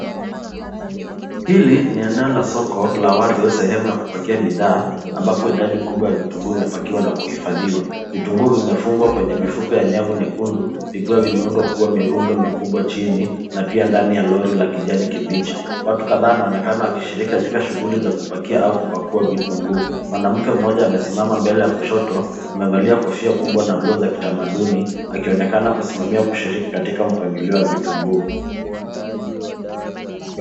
Hili ni eneo la soko la wazi sehemu ya kupokea bidhaa, ambapo idadi kubwa ya vitunguu imepakiwa na kuhifadhiwa. Vitunguu vimefungwa kwenye mifuko ya nyavu nyekundu, vikiwa vimeundwa kuwa mirundo mikubwa chini, na pia ndani ya lori la kijani kibichi. Watu kadhaa wanaonekana wakishiriki katika shughuli za kupakia au kupakua vitunguu. Mwanamke mmoja amesimama mbele ya kushoto, amevalia kofia kubwa na nguo za kitamaduni, akionekana kusimamia kushiriki katika mpangilio wa vitunguu.